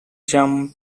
jump